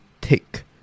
take